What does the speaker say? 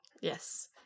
Yes